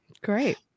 Great